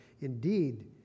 Indeed